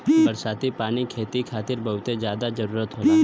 बरसाती पानी खेती के खातिर बहुते जादा जरूरी होला